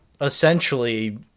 essentially